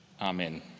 Amen